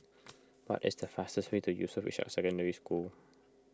what is the fastest way to Yusof Ishak Secondary School